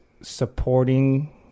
supporting